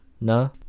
No